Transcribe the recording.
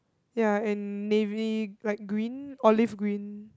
ya and navy like green olive green